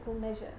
measure